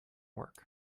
work